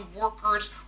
workers